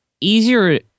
easier